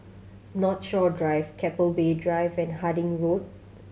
Northshore Drive Keppel Bay Drive and Harding Road